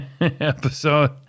episode